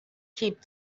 keep